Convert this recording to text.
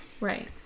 Right